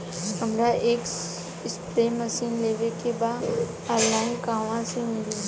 हमरा एक spray machine लेवे के बा ऑनलाइन कहवा मिली?